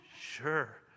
sure